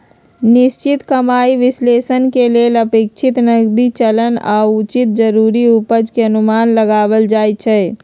निश्चित कमाइ विश्लेषण के लेल अपेक्षित नकदी चलन आऽ उचित जरूरी उपज के अनुमान लगाएल जाइ छइ